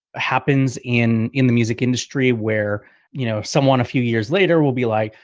happens in in the music industry where you know, someone a few years later will be like,